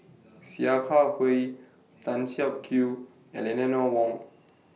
Sia Kah Hui Tan Siak Kew and Eleanor Wong